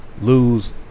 lose